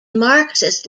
marxist